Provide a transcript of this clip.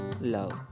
love